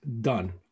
done